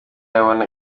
abona